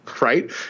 right